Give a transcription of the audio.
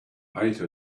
ate